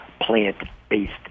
plant-based